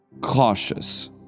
cautious